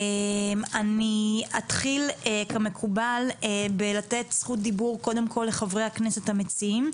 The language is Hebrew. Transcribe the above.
אני אתחיל כמקובל בלתת זכות דיבור קודם כל לחברי הכנסת המציעים.